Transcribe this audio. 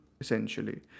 essentially